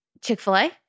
Chick-fil-A